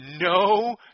no